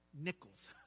nickels